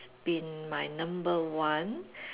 been my number one